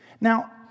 Now